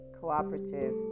cooperative